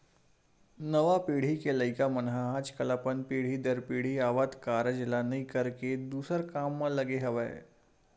नवा पीढ़ी के लइका मन ह आजकल अपन पीढ़ी दर पीढ़ी आवत कारज ल नइ करके दूसर काम म लगे हवय